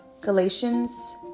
Galatians